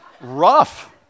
rough